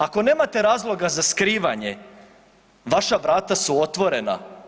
Ako nemate razloga za skrivanje vaša vrata su otvorena.